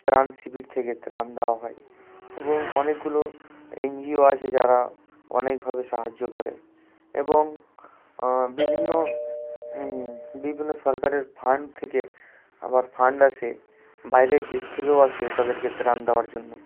ত্রাণ শিবির থেকে ত্রাণ দেওয়া হয় এবং অনেকগুলো এন জি ও আছে যারা অনেকভাবে সাহায্য করে এবং বিভিন্ন বিভিন্ন সরকারের ফান্ড থেকে আবার ফান্ড আসে বাইরের দেশ থেকেও আসে তাদেরকে ত্রাণ দেওয়ার জন্য